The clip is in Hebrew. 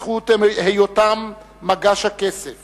בזכות היותם מגש הכסף